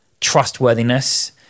trustworthiness